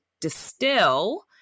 distill